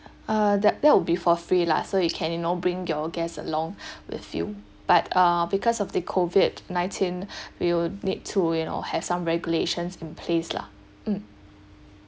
uh that that'll be for free lah so you can you know bring your guests along with you but uh because of the COVID nineteen we'll need to you know have some regulations in place lah mm